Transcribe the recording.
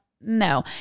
no